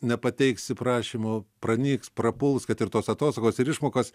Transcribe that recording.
nepateiksi prašymo pranyks prapuls kad ir tos atostogos ir išmokos